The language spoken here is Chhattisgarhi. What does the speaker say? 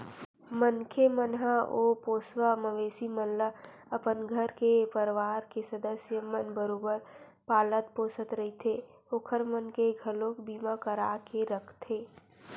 मनखे मन ह ओ पोसवा मवेशी मन ल अपन घर के परवार के सदस्य मन बरोबर पालत पोसत रहिथे ओखर मन के घलोक बीमा करा के रखथे